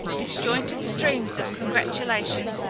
disjointed streams of congratulation,